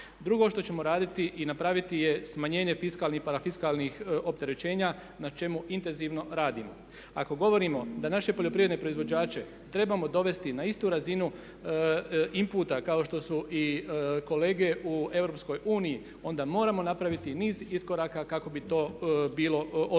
Drugo što ćemo raditi i napraviti je smanjenje fiskalnih i parafiskalnih opterećenja na čemu intenzivno radimo. Ako govorimo da naše poljoprivredne proizvođače trebamo dovesti na istu razinu inputa kao što su i kolege u EU onda moramo napraviti niz iskoraka kako bi to bilo osigurano.